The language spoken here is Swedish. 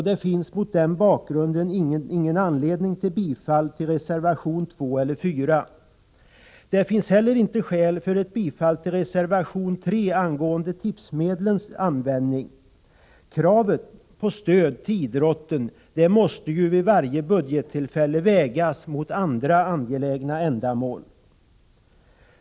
Det finns mot den bakgrunden inte anledning att bifalla reservationerna 2 och 4. Det finns inte heller skäl för ett bifall till reservation 3 angående tipsmedlens användning. Kraven på stöd till idrotten måste vägas vid varje budgettillfälle också mot andra angelägna ändamål.